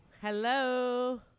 Hello